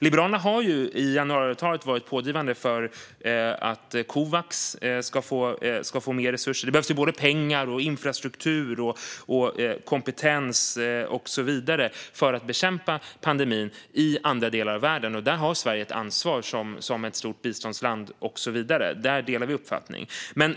Liberalerna var i januariavtalet pådrivande för att Covax ska få mer resurser. Det behövs ju pengar, infrastruktur, kompetens och så vidare för att bekämpa pandemin i andra delar av världen. Där har Sverige ett ansvar som ett stort biståndsland - där delar vi uppfattning.